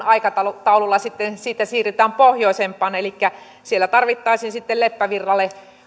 aikataululla sitten siitä siirrytään pohjoisempaan elikkä siellä tarvittaisiin sitten leppävirralle